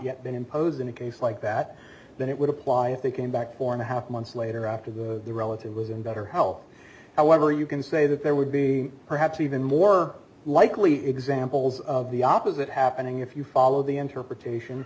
yet been imposed in a case like that then it would apply if they came back four and a half months later after the relative was in better health however you can say that there would be perhaps even more likely examples of the opposite happening if you follow the interpretation